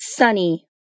sunny